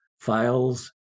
files